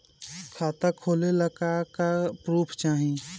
खाता खोलले का का प्रूफ चाही?